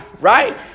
right